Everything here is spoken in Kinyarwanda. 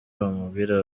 bamubwira